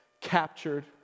captured